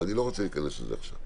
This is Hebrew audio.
אבל אני לא רוצה להיכנס לזה עכשיו.